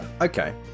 okay